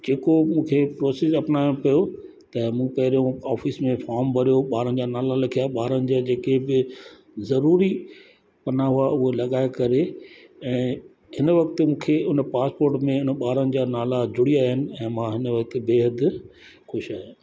जेको मूंखे प्रोसेस अपनाइणो पियो त मूं पहिरियूं ऑफिस में फार्म भरियो ॿारनि जा नाला लिखिया ॿारनि जा जेके बि ज़रूरी पन्ना हुआ उहे लॻाए करे ऐं हिन वक़्ति खे उन पास पोर्ट में उन ॿारनि जा नाला जुड़िया आहिनि ऐं मां हिन वक़्ति बेहदि ख़ुशि आहियां